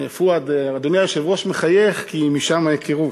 פואד, אדוני היושב-ראש, מחייך, כי משם ההיכרות.